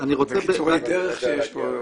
וקיצורי דרך.